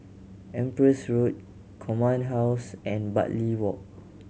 Empress Road Command House and Bartley Walk